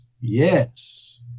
yes